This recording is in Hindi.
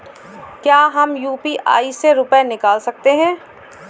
क्या हम यू.पी.आई से रुपये निकाल सकते हैं?